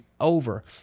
over